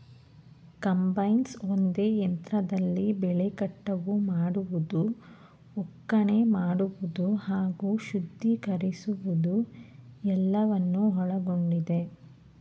combines ಒಂದೇ ಯಂತ್ರದಲ್ಲಿ ಬೆಳೆ ಕಟಾವು ಮಾಡುವುದು ಒಕ್ಕಣೆ ಮಾಡುವುದು ಹಾಗೂ ಶುದ್ಧೀಕರಿಸುವುದು ಎಲ್ಲವನ್ನು ಒಳಗೊಂಡಿದೆ